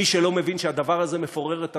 מי שלא מבין שהדבר הזה מפורר את הצבא,